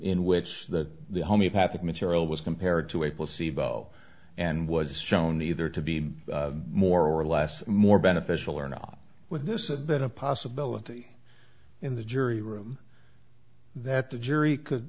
in which the homeopathic material was compared to a placebo and was shown either to be more or less more beneficial or not with this a bit of possibility in the jury room that the jury could